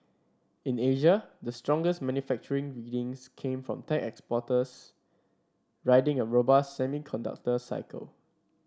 in Asia the strongest manufacturing readings came from tech exporters riding a robust semiconductor cycle